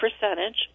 percentage